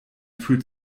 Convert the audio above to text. fühlt